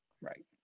Right